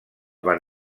van